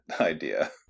idea